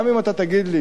אם אתה תגיד לי